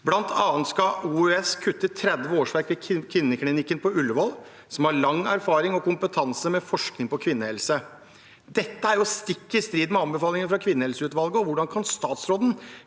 Blant annet skal OUS kutte 30 årsverk ved kvinneklinikken på Ullevål, som har lang erfaring med og kompetanse om forskning på kvinnehelse. Dette er stikk i strid med anbefalingene fra kvinnehelseutvalget. Hvordan kan statsråden